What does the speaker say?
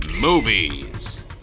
movies